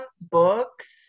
Books